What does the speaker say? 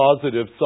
positive